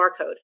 barcode